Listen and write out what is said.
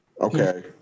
Okay